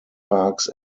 parks